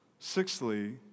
Sixthly